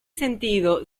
sentido